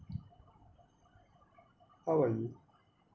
what about you